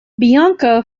bianca